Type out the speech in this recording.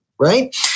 right